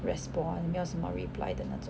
response 没有什么 reply 的那种